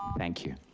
thank you.